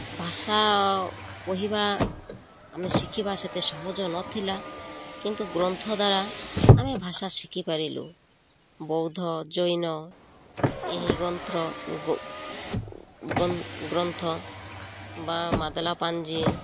ଭାଷା କହିବା ଆମେ ଶିଖିବା ସେତେ ସହଜ ନଥିଲା କିନ୍ତୁ ଗ୍ରନ୍ଥ ଦ୍ୱାରା ଆମେ ଭାଷା ଶିଖିପାରିଲୁ ବୌଦ୍ଧ ଜୈନ ଏହି ଗ୍ରନ୍ତ ଗ୍ରନ୍ଥ ବା ମାଦଲାପାଞ୍ଜି